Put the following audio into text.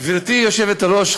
גברתי היושבת-ראש,